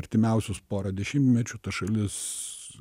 artimiausius porą dešimtmečių ta šalis